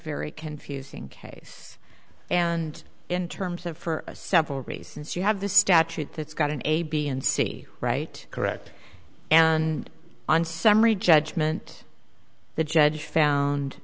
very confusing case and in terms of for several reasons you have the statute that's got an a b and c right correct and on summary judgment the judge found